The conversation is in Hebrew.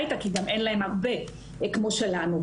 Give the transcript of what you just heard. איתה כי אולי אין להם הרבה כמו שלנו.